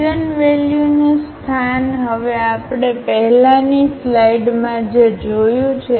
આઇગનવેલ્યુનું સ્થાન હવે આપણે પહેલાની સ્લાઇડમાં જે જોયું છે